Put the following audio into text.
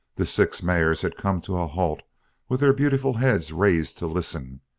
the six mares had come to a halt with their beautiful heads raised to listen,